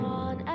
on